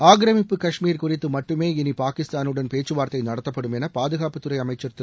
ஆக்கிரமிப்பு கஷ்மீர் குறித்து மட்டுமே இனி பாகிஸ்தானுடன் பேச்சுவார்த்தை நடத்தப்படும் என பாதுகாப்புத்துறை அமைச்சா் திரு